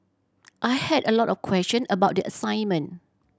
I had a lot of question about the assignment